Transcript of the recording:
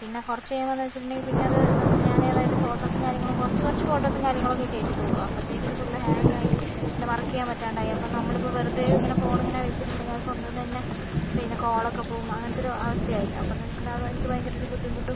പിന്നെ കുറച്ച് കഴിയുമ്പം എന്ന് വെച്ചിട്ടുണ്ടങ്കിൽ പിന്നത് ഞാനതായത് ഫോട്ടോസും കാര്യങ്ങളും കുറച്ചു കുറച്ചു ഫോട്ടോസും കാര്യങ്ങളും ഒക്കെ കേറ്റിയതെ ഉള്ളു അപ്പത്തേക്കും ഇത് ഫുള്ള് ഹാങ്ങായി പിന്നെ വർക്ക് ചെയ്യാൻ പറ്റാണ്ടായി അപ്പം നമ്മളിപ്പോൾ വെറുതെ ഇങ്ങനെ ഫോൺ ഇങ്ങനെ വെച്ചിട്ടുണ്ടെങ്കിൽ അത് സ്വന്തം തന്നെ പിന്നെ കോളൊക്കെ പോകും അങ്ങാനത്തെ ഒരു അവസ്ഥയായി ആപ്പോന്നു വച്ചിട്ടുണ്ടങ്കിൽ എനിക്ക് ഭയങ്കര ഒരു ബുദ്ധിമുട്ടും